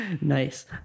Nice